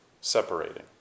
separating